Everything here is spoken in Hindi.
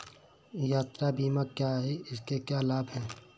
यात्रा बीमा क्या है इसके क्या लाभ हैं?